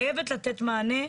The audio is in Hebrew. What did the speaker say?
חייבת לתת מענה,